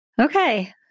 Okay